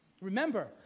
remember